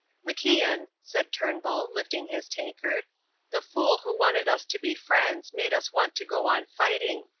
macian, said turnbull, lifting his tankard the fool who wanted us to be friends made us want to go on fighting.